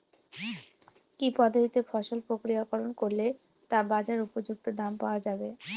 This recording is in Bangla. কি পদ্ধতিতে ফসল প্রক্রিয়াকরণ করলে তা বাজার উপযুক্ত দাম পাওয়া যাবে?